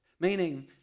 Meaning